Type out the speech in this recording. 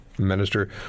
Minister